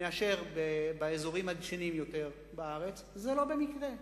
מאשר באזורים הדשנים יותר בארץ, זה לא במקרה.